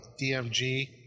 DMG